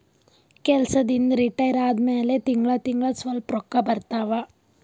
ಕೆಲ್ಸದಿಂದ್ retire ಆದಮ್ಯಾಲ ತಿಂಗಳಾ ತಿಂಗಳಾ ಸ್ವಲ್ಪ ರೊಕ್ಕಾ ಬರ್ತಾವ